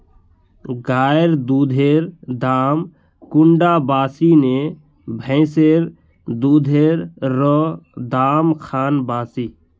गायेर दुधेर दाम कुंडा बासी ने भैंसेर दुधेर र दाम खान बासी?